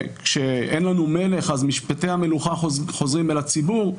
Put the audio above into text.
כשאין לנו מלך אז משפטי המלוכה חוזרים אל הציבור,